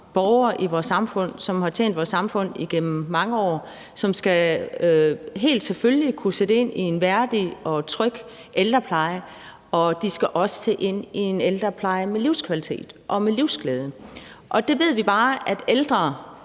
vores ældre borgere, som har tjent vores samfund igennem mange år, selvfølgelig skal kunne se ind i at få en værdig og tryg ældrepleje. De skal også se ind i at få en ældrepleje med livskvalitet og livsglæde. Der ved vi bare, at ældre